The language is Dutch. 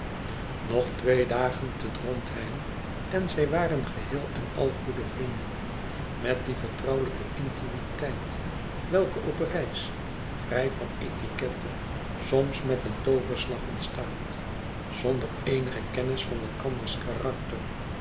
nog twee dagen te drontheim en zij waren geheel en al goede vrienden met die vertrouwlijke intimiteit welke op reis vrij van etiquette soms met een tooverslag ontstaat zonder eenige kennis van elkanders karakter